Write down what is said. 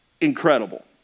incredible